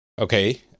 Okay